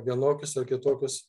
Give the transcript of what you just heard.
vienokius ar kitokius